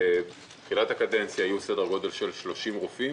בתחילת הקדנציה היו סדר גודל של 30 רופאים.